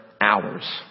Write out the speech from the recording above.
hours